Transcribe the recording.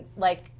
like,